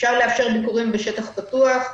אפשר לאפשר ביקורים בשטח פתוח,